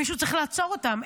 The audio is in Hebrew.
מישהו צריך לעצור אותם.